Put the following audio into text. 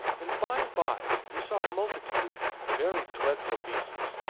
and by-and-by he saw a multitude of very dreadfu' beasts,